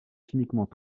chimiquement